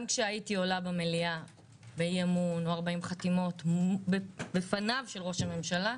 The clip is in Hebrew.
גם כשהייתי עולה במליאה באי אמון או 40 חתימות בפניו של ראש הממשלה,